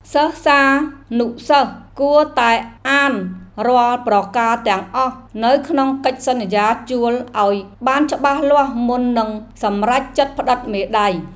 សិស្សានុសិស្សគួរតែអានរាល់ប្រការទាំងអស់នៅក្នុងកិច្ចសន្យាជួលឱ្យបានច្បាស់លាស់មុននឹងសម្រេចចិត្តផ្តិតមេដៃ។